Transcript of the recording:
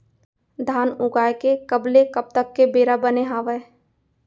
धान उगाए के कब ले कब तक के बेरा बने हावय?